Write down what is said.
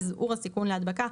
מזעור הסיכון להדבקה,